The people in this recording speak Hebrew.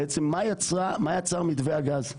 בעצם מה יצר מתווה הגז.